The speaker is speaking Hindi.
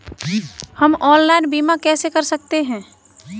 हम ऑनलाइन बीमा कैसे कर सकते हैं?